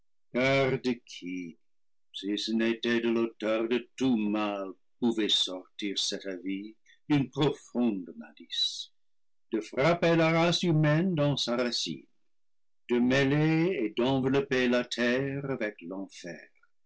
l'auteur de tout mal pouvait sortir cet avis d'une profonde malice de frapper la race humaine dans sa racine de mêler et d'envelopper la terre avec l'enfer